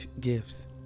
gifts